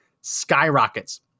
skyrockets